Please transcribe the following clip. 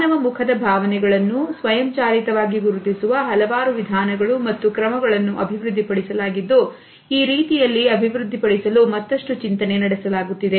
ಮಾನವ ಮುಖದ ಭಾವನೆಗಳನ್ನು ಸ್ವಯಂಚಾಲಿತವಾಗಿ ಗುರುತಿಸುವ ಹಲವಾರು ವಿಧಾನಗಳು ಮತ್ತು ಕ್ರಮಗಳನ್ನು ಅಭಿವೃದ್ಧಿಪಡಿಸಲಾಗಿದ್ದು ರೀತಿಯಲ್ಲಿ ಅಭಿವೃದ್ಧಿಪಡಿಸಲು ಚಿಂತನೆ ನಡೆಸಲಾಗುತ್ತಿದೆ